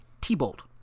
T-Bolt